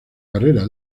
carrera